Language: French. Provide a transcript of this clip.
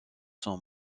son